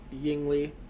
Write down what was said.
yingli